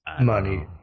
money